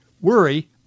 worry